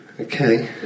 Okay